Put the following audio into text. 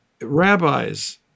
Rabbis